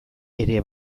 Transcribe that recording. ere